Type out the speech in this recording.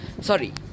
sorry